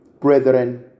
Brethren